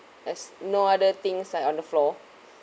as no other things like on the floor